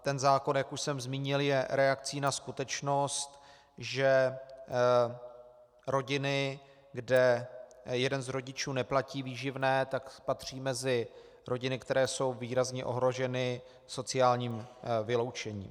Ten zákon, jak už jsem zmínil, je reakcí na skutečnost, že rodiny, kde jeden z rodičů neplatí výživné, patří mezi rodiny, které jsou výrazně ohroženy sociálním vyloučením.